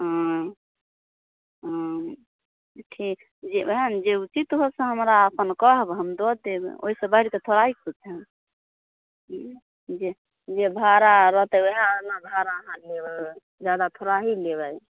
हूँ हूँ ठीक जे ओहन जे उचित होत से हमरा अपन कहब हम दऽ देब ओहिसँ बढ़िके थोड़ा ही किछु हूँ जे जे भाड़ा रहतै ओएह ने भाड़ा अहाँ लेबै जादा थोड़े ही लेबै